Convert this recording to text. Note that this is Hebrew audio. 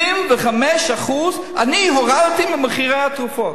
אני הורדתי 25% ממחירי התרופות.